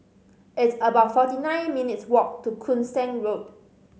it's about forty nine minutes' walk to Koon Seng Road